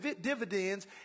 dividends